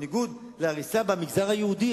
בניגוד להריסה במגזר היהודי.